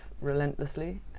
relentlessly